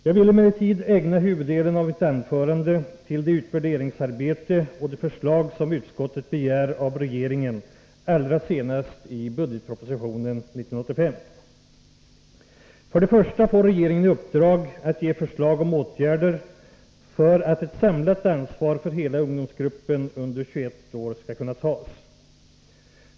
Jag vill emellertid ägna huvuddelen av mitt anförande åt det utvärderingsarbete och det förslag som utskottet begär av regeringen allra senast i budgetpropositionen 1985. För det första får regeringen i uppdrag att ge förslag om åtgärder för att ett samlat ansvar för hela ungdomsgruppen under 21 år skall kunna tas.